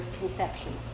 conception